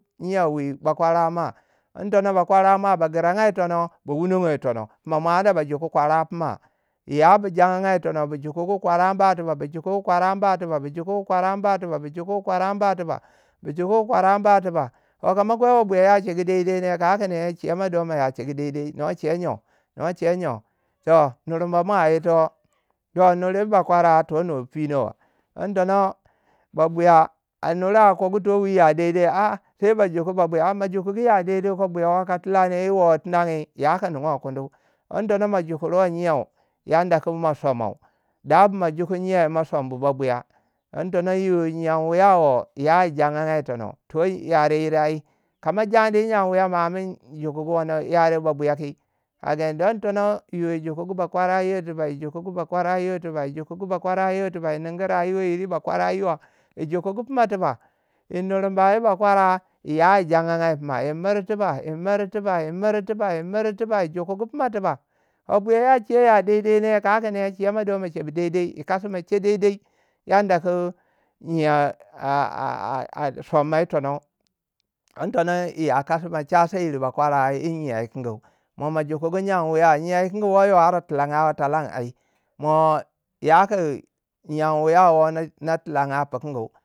Nyen wu yi bakwara ma, din tonon ba kwara ma ba giraga yi tono. ba wunongo yi tono funa ma ba anda ba juku kwara fina. ya bu janya yi tono. bu jukugu kwara ba tubu bu jukungu kwara ba tuba bu jukungu kwara ma tiba bu jukugu kwara ba tiba. Toh kama kwei ba buya yache daidai kau kun ehn, chewdo ma ya chegu daidai no che nju- no nache nju. toh nuramba ma ito. to nure yi bakwara to no bino din tono ba buya a nure a kogo to wi ya daidai a- a sai ba joku ba buya. A mo jokungu ya daidai ko ba buyawo ka tilang yiwo tinlangi yoko ninguwai kundi din tono ma jukuruwai nyau wuanda ku ma samai. Dabu ma juku nyeu wuu ma sobu ba buya, don tono yo yi nyen wuyawo to yare yeri ai. Kama jandi yi nyen wiya ma amun jukugu wana yare ba buya ki? kagani. don tono yo yi jukugu ba kwara yiwa tiba yi jukugu bakwara yir tima yi jukugu bakwara yir tiba yi ningu rayuwa yire yi bakwara yiwa yi jukugu fina tiba, yi nuramba yi ba kwara yayi jaganngya yi fina. yi miri tiba yi miri yi mir tiba yi jukugu fina tiba. Ba buya kache ya daidene, kau kun ee chemado ma chebu daidai yikasi ma chedede yanda ku nyeu a soma yi tono din tono yiya kasi ma chasa yir ba kwara yi nyeu ukungu. Mo ma jukugu nyen wiyau nyen wukungu wo yo ar tilangau a twalange ai. mo yaku nyen wiyau wo na- na tilangwu pukungu.